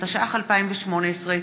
התשע"ח 2018,